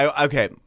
okay